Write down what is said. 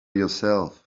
yourself